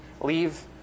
leave